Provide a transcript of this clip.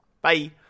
Bye